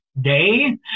day